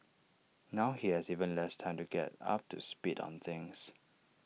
now he has even less time to get up to speed on things